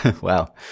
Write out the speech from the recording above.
Wow